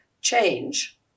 change